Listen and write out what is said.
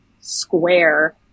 square